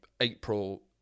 April